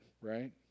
Right